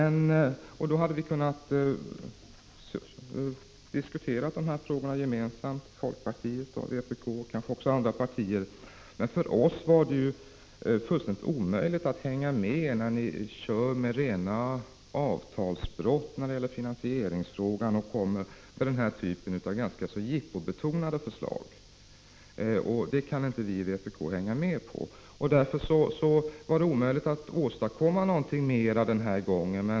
Då hade vi kunnat diskutera dessa frågor gemensamt — folkpartiet och vpk och kanske även andra partier. Men för oss är det fullständigt omöjligt att hänga med när ni använder er av rena avtalsbrott då det gäller finansieringsfrågan och lägger fram denna typ av ganska jippobetonade förslag. Det kan vi i vpk som sagt inte hänga med på. Därför var det omöjligt att åstadkomma något mer denna gång.